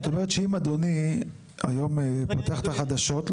זאת אומרת שאם אדוני היום פותח את החדשות,